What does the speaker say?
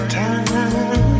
time